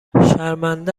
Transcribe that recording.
شرمنده